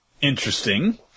Interesting